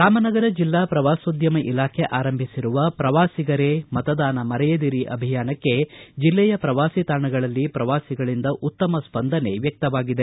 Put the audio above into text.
ರಾಮನಗರ ಜಿಲ್ಲಾ ಪ್ರವಾಸೋದ್ಯಮ ಇಲಾಖೆ ಆರಂಭಿಸಿರುವ ಪ್ರವಾಸಿಗರೇ ಮತದಾನ ಮರೆಯದಿರಿ ಅಭಿಯಾನಕ್ಕೆ ಜಿಲ್ಲೆಯ ಪ್ರವಾಸಿ ತಾಣಗಳಲ್ಲಿ ಪ್ರವಾಸಿಗಳಿಂದ ಉತ್ತಮ ಸ್ವಂದನೆ ವ್ಯಕ್ತವಾಗಿದೆ